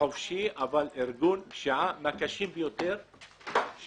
חופשי אבל ארגון פשיעה מהקשים ביותר שמטופל.